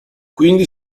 quindi